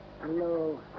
Hello